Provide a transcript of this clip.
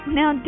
Now